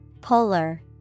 Polar